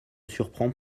surprend